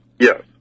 Yes